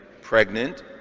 pregnant